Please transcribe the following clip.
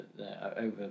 over